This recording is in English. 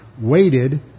waited